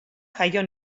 jaio